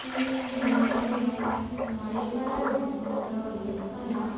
ᱤᱧ ᱧᱩᱢ ᱩᱨᱩᱢ ᱢᱚᱬᱮ ᱦᱚᱲᱟᱜ ᱧᱩᱛᱩᱢ ᱫᱚ ᱦᱩᱭᱩᱜ ᱠᱟᱱᱟ